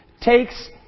takes